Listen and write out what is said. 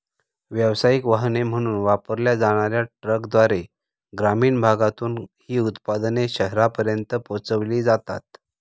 व्यावसायिक वाहने म्हणून वापरल्या जाणार्या ट्रकद्वारे ग्रामीण भागातून ही उत्पादने शहरांपर्यंत पोहोचविली जातात